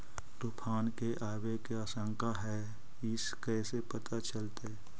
तुफान के आबे के आशंका है इस कैसे पता चलतै?